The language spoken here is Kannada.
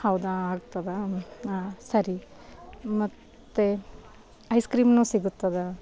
ಹೌದಾ ಆಗ್ತದಾ ಹಾಂ ಸರಿ ಮತ್ತೆ ಐಸ್ ಕ್ರೀಂನು ಸಿಗುತ್ತದಾ